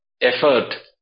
effort